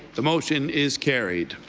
the motion is carried.